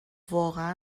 واقعا